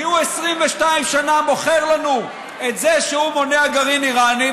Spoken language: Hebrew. כי הוא 22 שנה מוכר לנו את זה שהוא מונע גרעין אירני,